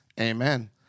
Amen